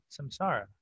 samsara